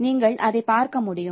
நீங்கள் அதை பார்க்க முடியும்